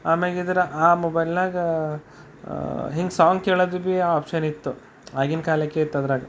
ಆಮ್ಯಾಗ್ ಇದರ ಆ ಮೊಬೈಲ್ನಾಗ ಹಿಂಗೆ ಸೌಂಡ್ ಕೇಳೋದು ಭೀ ಆಪ್ಷನ್ ಇತ್ತು ಆಗಿನ ಕಾಲಕ್ಕಿತ್ತು ಅದ್ರಾಗ